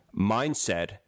mindset